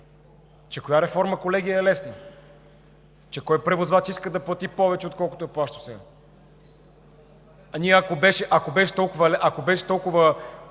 Че коя реформа, колеги, е лесна? Че кой превозвач иска да плати повече, отколкото е плащал сега? Ако беше толкова